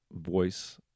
voice